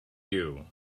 you